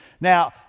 Now